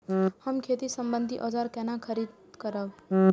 हम खेती सम्बन्धी औजार केना खरीद करब?